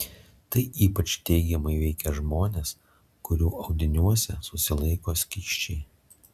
tai ypač teigiamai veikia žmones kurių audiniuose susilaiko skysčiai